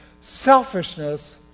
selfishness